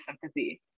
sympathy